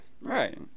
Right